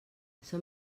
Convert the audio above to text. són